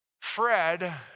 Fred